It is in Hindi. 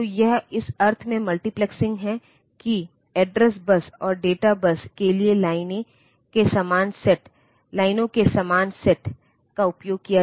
तो एक संभावना यह है कि आप इस एड्रेस बस डेटा बस लाइनों के माध्यम से जुड़े कुछ IO उपकरण डालते हैं